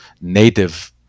native